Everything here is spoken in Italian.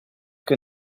che